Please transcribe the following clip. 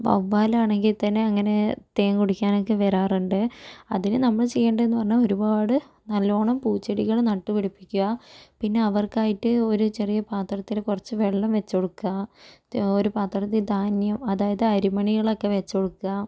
വവ്വാൽ ആണെങ്കിൽ തന്നെ അങ്ങനെ തേൻ കുടിക്കാനൊക്കെ വരാറുണ്ട് അതിന് നമ്മള് ചെയ്യേണ്ടേ എന്ന് പറഞ്ഞാൽ ഒരുപാട് നല്ലോണം പൂചെടികള് നട്ട് പിടിപ്പിക്കുക പിന്നെ അവർക്ക് ആയിട്ട് ഒരു ചെറിയ പാത്രത്തിൽ കൊറച്ച് വെള്ളം വെച്ച് കൊടുക്കുക ഒരു പാത്രത്തിൽ ധാന്യം അതായത് അരിമണികളൊക്കെ വെച്ച് കൊടുക്കുക